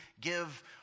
give